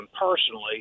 personally